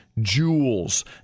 jewels